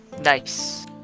Nice